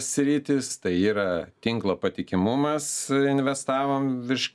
sritys tai yra tinklo patikimumas investavom virš